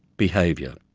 behaviour.